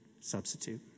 substitute